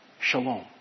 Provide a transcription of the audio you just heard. shalom